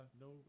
no